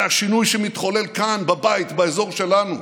זה השינוי שמתחולל כאן, בבית, באזור שלנו.